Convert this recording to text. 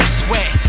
sweat